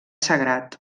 sagrat